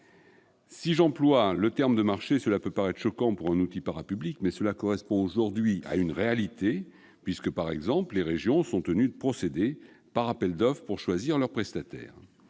! L'emploi du terme « marché » peut paraître choquant pour un outil parapublic, mais il correspond aujourd'hui à une réalité puisque, par exemple, les régions sont tenues de procéder par appels d'offres pour choisir leurs prestataires.